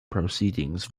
proceedings